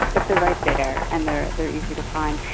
but they're right there and they're they're easy to find.